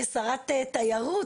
כשרת התיירות,